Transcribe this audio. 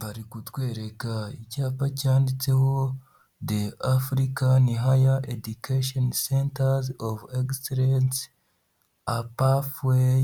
Bari kutwereka icyapa cyanditseho The Africa Higher Education Centers Excellence A Pathway